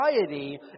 society